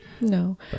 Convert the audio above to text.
No